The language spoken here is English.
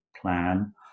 plan